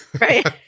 Right